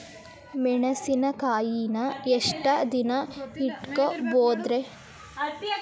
ಮೆಣಸಿನಕಾಯಿನಾ ಎಷ್ಟ ದಿನ ಇಟ್ಕೋಬೊದ್ರೇ?